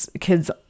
kids